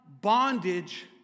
bondage